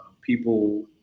people